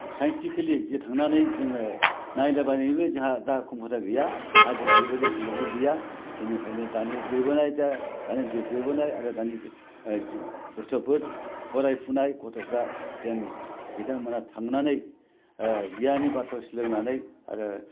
scientifically जे थांनानै जोङो नायलाबायनोबो दा जोंहा गैया आर जोंहा बेबादि सुजुगबो गैया बेनिखायनो दा दानि देरबोनाय गथ'फोर फरायफुनाय गथ'फ्रा जेन बिथांमोना थांनानै गियाननि बाथ्रा सोलोंनानै आरो